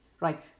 right